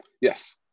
Yes